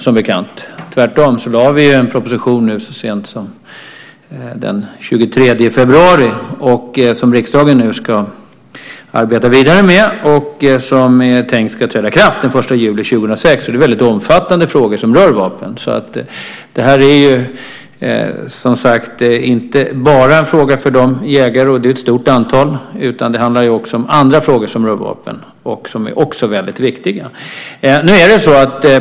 Så sent som den 23 februari lade vi fram en proposition som riksdagen nu ska arbeta vidare med. Det är tänkt att förslagen i den ska träda i kraft den 1 juli 2006. Det är väldigt omfattande frågor som rör vapen. Det handlar inte bara om frågor för ett stort antal jägare, utan det handlar också om andra frågor som rör vapen som också är väldigt viktiga.